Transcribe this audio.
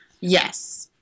yes